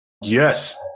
Yes